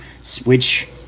switch